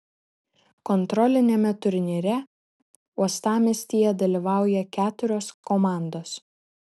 kontroliniame turnyre uostamiestyje dalyvauja keturios komandos